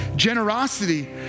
Generosity